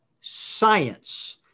science